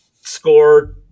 score